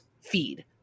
feed